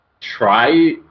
try